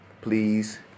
please